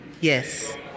Yes